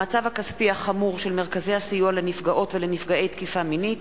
המצב הכספי החמור של מרכזי הסיוע לנפגעות ולנפגעי תקיפה מינית,